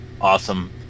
awesome